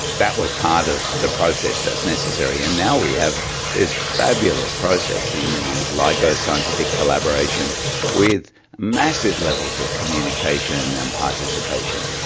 that was part of the process that is necessary. and now we have this fabulous process in the ligo scientific collaboration with massive levels of communication and participation.